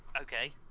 okay